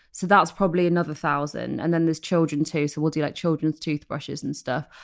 so that's probably another thousand. and then there's children too, so we'll do like children's toothbrushes and stuff.